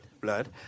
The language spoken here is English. blood